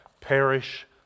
perish